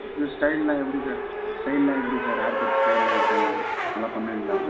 இப்போ ஸ்டைல்னால் எப்படி சார் ஸ்டைல்லாம் எப்படி சார் ஹேர்கட் ஸ்டைல்லாம் எப்படி நல்லா பண்ணுவீங்களா